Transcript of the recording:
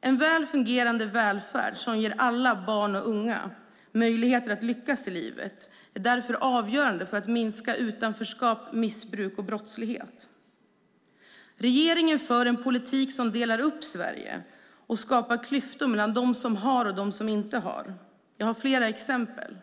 En väl fungerande välfärd som ger alla barn och unga möjligheter att lyckas i livet är därför avgörande för att minska utanförskap, missbruk och brottslighet. Regeringen för en politik som delar upp Sverige och skapar klyftor mellan dem som har och dem som inte har. Jag har flera exempel.